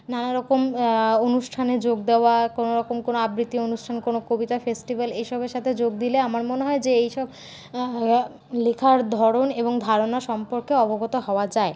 নানারকম অনুষ্ঠানে যোগ দেওয়া কোনোরকম কোনো আবৃত্তি অনুষ্ঠান কোনো কবিতা ফেস্টিভ্যাল এইসবের সাথে যোগ দিলে আমার মনে হয় যে এইসব লেখার ধরণ এবং ধারণা সম্পর্কে অবগত হওয়া যায়